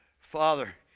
Father